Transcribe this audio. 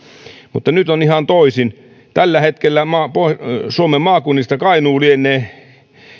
mutta nyt on ihan toisin tällä hetkellä suomen maakunnista kainuu lienee